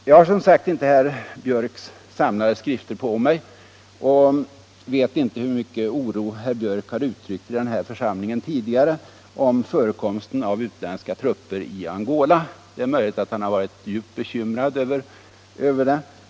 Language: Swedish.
Jag har, som sagt, inte herr Björcks samlade skrifter på mig och vet inte hur stor oro herr Björck har uttryckt i den här församlingen tidigare om förekomsten av utländska trupper i Angola. Det är möjligt att han varit djupt bekymrad över detta.